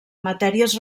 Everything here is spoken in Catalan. matèries